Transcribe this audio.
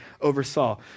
oversaw